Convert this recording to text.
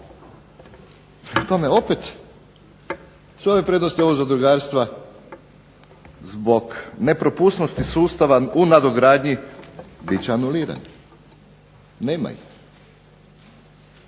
tome, opet sve ove prednosti ovog zadrugarstva zbog nepropusnosti sustav u nadogradnji biće anulirani. Nema ih.